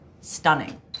stunning